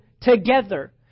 together